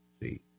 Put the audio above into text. See